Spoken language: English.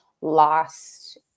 lost